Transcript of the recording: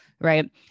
right